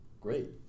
great